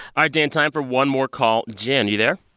ah dan, time for one more call. jen, you there?